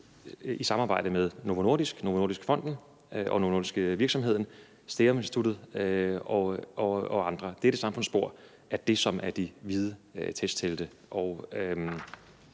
i samarbejde med Novo Nordisk, Novo Nordisk Fonden, Seruminstituttet og andre. Det samfundsspor er det, som er de hvide testtelte.